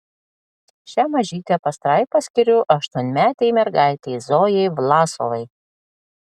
šią mažytę pastraipą skiriu aštuonmetei mergaitei zojai vlasovai